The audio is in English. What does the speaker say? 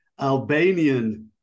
Albanian